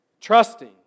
trusting